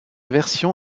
version